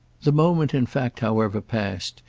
the moment in fact however passed,